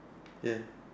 ya